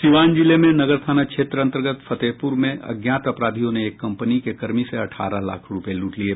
सीवान जिले में नगर थाना क्षेत्र अंतर्गत फतेहपुर में अज्ञात अपराधियों ने एक कंपनी के कर्मी से अठारह लाख रूपये लूट लिये